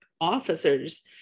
officers